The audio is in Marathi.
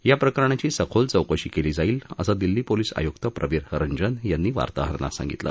या प्रकरणाची सखोल चौकशी केली जाईल असं दिल्ली पोलीस आयुक्त प्रवीर रंजन यांनी आज वार्ताहरांना सांगितलं